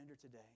today